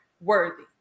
worthy